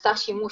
נעשה שימוש